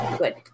good